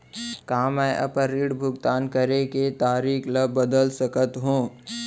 का मैं अपने ऋण भुगतान करे के तारीक ल बदल सकत हो?